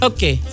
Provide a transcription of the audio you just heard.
Okay